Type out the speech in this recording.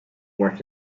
worth